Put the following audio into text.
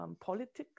politics